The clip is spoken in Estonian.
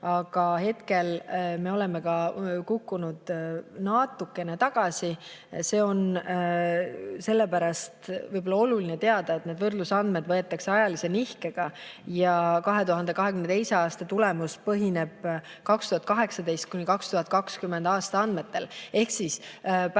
aga hetkel me oleme ka kukkunud natukene tagasi. Seda on sellepärast oluline teada, et need võrdlusandmed võetakse ajalise nihkega ja 2022. aasta tulemus põhineb 2018.–2020. aasta andmetel. Pärast